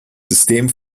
system